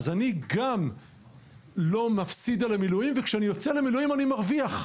אז אני גם לא מפסיד על המילואים וכשאני יוצא למילואים אני מרוויח.